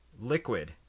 liquid